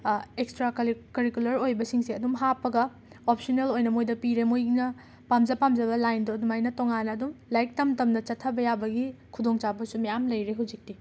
extra ꯀꯂꯤ curricular ꯑꯣꯏꯕꯁꯤꯡꯁꯦ ꯑꯗꯨꯝ ꯍꯥꯞꯄꯒ ꯑꯣꯞꯁꯅꯦꯜ ꯑꯣꯏꯅ ꯃꯣꯏꯗ ꯄꯤꯔꯦ ꯃꯣꯏꯅ ꯄꯥꯝꯖ ꯄꯥꯝꯖꯕ ꯂꯥꯏꯟꯗꯣ ꯑꯗꯨꯃꯥꯏꯅ ꯇꯣꯡꯉꯥꯟꯅ ꯑꯗꯨꯝ ꯂꯥꯏꯔꯤꯛ ꯇꯝ ꯇꯝꯅ ꯆꯠꯊꯕ ꯌꯥꯕꯒꯤ ꯈꯨꯗꯣꯡꯆꯥꯕꯁꯨ ꯃꯌꯥꯝ ꯂꯩꯔꯦ ꯍꯧꯖꯤꯛꯇꯤ